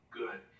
good